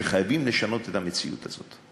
שחייבים לשנות את המציאות הזאת.